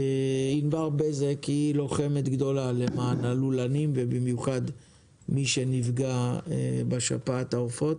ענבר בזק היא לוחמת גדולה למען הלולנים ובמיוחד מי שנפגע בשפעת העופות,